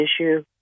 issue